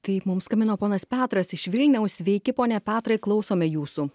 taip mums skambino ponas petras iš vilniaus sveiki pone petrai klausome jūsų